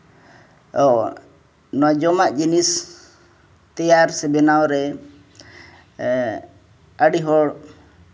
ᱟᱨ ᱱᱚᱣᱟ ᱡᱚᱢᱟᱜ ᱡᱤᱱᱤᱥ ᱛᱮᱭᱟᱨ ᱥᱮ ᱵᱮᱱᱟᱣ ᱨᱮ ᱮᱜ ᱟᱹᱰᱤ ᱦᱚᱲ